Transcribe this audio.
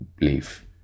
leave